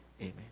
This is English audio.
Amen